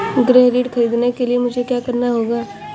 गृह ऋण ख़रीदने के लिए मुझे क्या करना होगा?